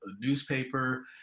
newspaper